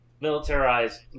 militarized